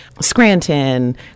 Scranton